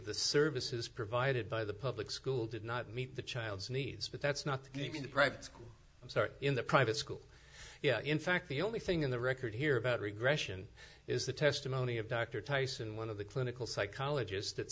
the services provided by the public school did not meet the child's needs but that's not even the private school start in the private school yeah in fact the only thing in the record here about regression is the testimony of dr tyson one of the clinical psychologist that